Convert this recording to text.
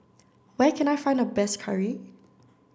where can I find the best curry